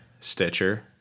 Stitcher